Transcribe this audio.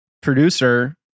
producer